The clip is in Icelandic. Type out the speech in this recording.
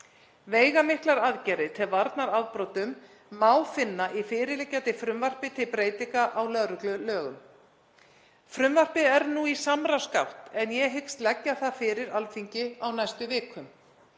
Veigamiklar aðgerðir til varnar afbrotum má finna í fyrirliggjandi frumvarpi til breytinga á lögreglulögum. Frumvarpið er nú í samráðsgátt en ég hyggst leggja það fyrir Alþingi á næstu vikum.